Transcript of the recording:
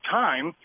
time